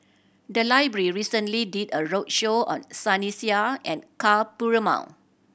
the library recently did a roadshow on Sunny Sia and Ka Perumal